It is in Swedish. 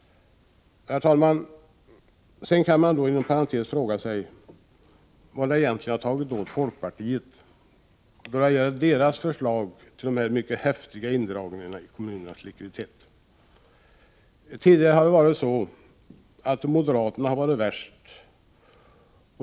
Sedan kan man inom parentes fråga sig vad som egentligen har tagit åt folkpartiet, som föreslår så häftiga indragningar av kommunernas likviditet. Tidigare har moderaterna varit värst.